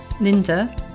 linda